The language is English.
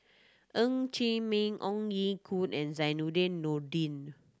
Ng Chee Meng Ong Ye Kung and Zainudin Nordin